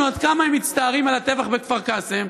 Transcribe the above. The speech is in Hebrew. עד כמה הם מצטערים על הטבח בכפר קאסם,